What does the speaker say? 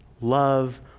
love